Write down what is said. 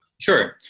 Sure